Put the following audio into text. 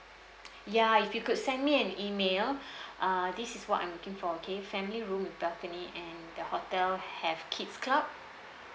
ya you could send me an email uh this is what I'm looking for the family room with balcony and the hotel have kids club